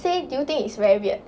say do you think it's very weird